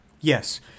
Yes